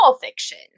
fiction